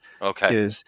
Okay